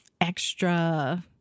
extra